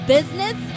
Business